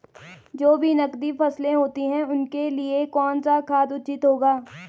जो भी नकदी फसलें होती हैं उनके लिए कौन सा खाद उचित होगा?